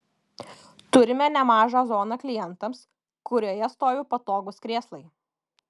turime nemažą zoną klientams kurioje stovi patogūs krėslai